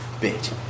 Bitch